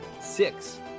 Six